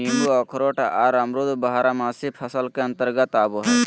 नींबू अखरोट आर अमरूद बारहमासी फसल के अंतर्गत आवय हय